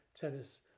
tennis